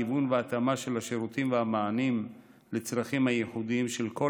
גיוון והתאמה של השירותים והמענים לצרכים הייחודיים של כל